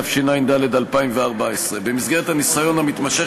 התשע"ד 2014. במסגרת הניסיון המתמשך